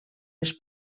les